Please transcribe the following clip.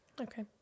Okay